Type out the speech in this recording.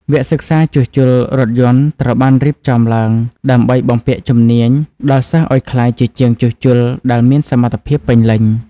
វគ្គសិក្សាជួសជុលរថយន្តត្រូវបានរៀបចំឡើងដើម្បីបំពាក់ជំនាញដល់សិស្សឱ្យក្លាយជាជាងជួសជុលដែលមានសមត្ថភាពពេញលេញ។